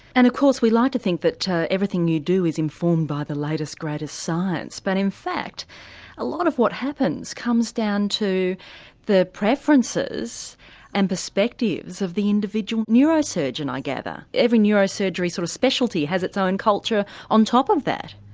and of course we like to think that everything you do is informed by the latest, greatest science but in fact a lot of what happens comes down to the preferences and perspectives of the individual neurosurgeon i gather. every neurosurgery sort of speciality has its own culture on top of that?